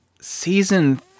season